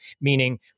meaning